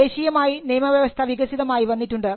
ദേശീയമായി നിയമവ്യവസ്ഥ വികസിതമായി വന്നിട്ടുണ്ട്